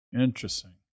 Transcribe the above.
Interesting